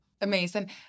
Amazing